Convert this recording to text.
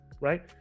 right